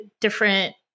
different